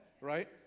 right